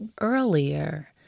earlier